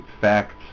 facts